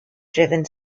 driven